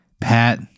Pat